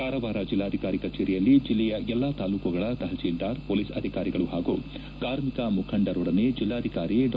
ಕಾರವಾರ ಜಲ್ಲಾಧಿಕಾರಿ ಕಚೇರಿಯಲ್ಲಿ ಜಲ್ಲೆಯ ಎಲ್ಲಾ ತಾಲೂಕುಗಳ ತಹಸೀಲ್ವಾರ್ ಹೊಲೀಸ್ ಅಧಿಕಾರಿಗಳು ಹಾಗೂ ಕಾರ್ಮಿಕ ಮುಖಂಡರೊಡನೆ ಜಿಲ್ಲಾಧಿಕಾರಿ ಡಾ